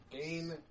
Game